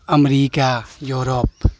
America Europe